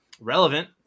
relevant